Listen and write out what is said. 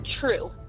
True